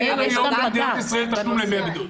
אין היום במדינת ישראל תשלום לימי בידוד.